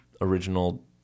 original